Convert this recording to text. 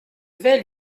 vais